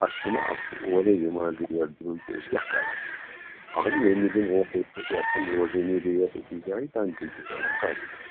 اَسہِ چھُنا اَسہِ چھُ اورے یوان ریٹ درٛۅج تہٕ أسۍ کیٛاہ کَرو اَہنہٕ ییٚمہِ وِزِ یتھ چھِنہٕ روزٲنی ریٹ أکِس جاے تَمہِ کِنۍ چھُ پٮ۪وان کَرُن اَسہِ یہِ